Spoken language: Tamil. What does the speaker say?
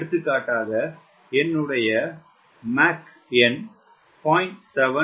எடுத்துக்காட்டாக பயண மாக் எண் 0